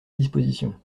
disposition